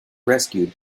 rescued